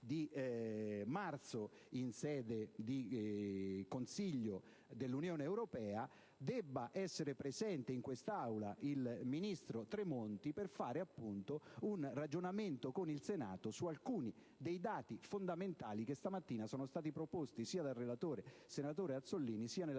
marzo in sede di Consiglio dell'Unione europea), debba essere presente in quest'Aula il ministro Tremonti, per ragionare con il Senato su alcuni dei dati fondamentali che stamattina sono stati proposti sia dal relatore, senatore Azzollini, che nella